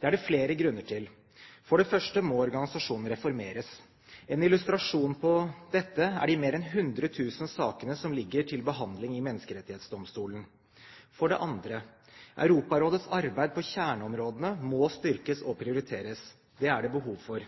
Det er det flere grunner til. For det første må organisasjonen reformeres. En illustrasjon på dette er de mer enn 100 000 sakene som ligger til behandling i Menneskerettighetsdomstolen. For det andre: Europarådets arbeid på kjerneområdene må styrkes og prioriteres. Det er det behov for.